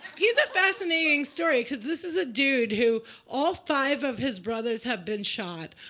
he's a fascinating story. because this is a dude who all five of his brothers have been shot.